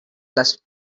les